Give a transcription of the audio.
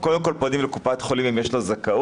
קודם כל פונים לקופת חולים אם יש לו זכאות,